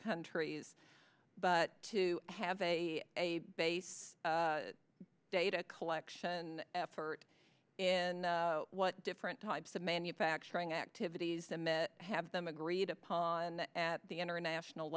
countries but to have a base data collection effort and what different types of manufacturing activities that have them agreed upon at the international